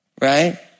Right